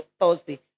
Thursday